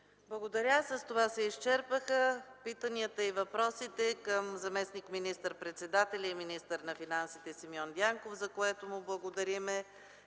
Благодаря. С това се изчерпаха питанията и въпросите към заместник министър-председателя и министър на финансите Симеон Дянков, за което му благодарим.